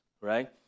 right